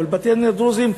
ובתי-הדין הדרוזיים,